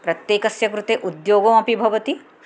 प्रत्येकस्य कृते उद्योगमपि भवति